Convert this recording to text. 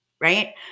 right